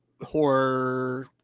horror